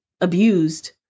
abused